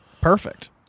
perfect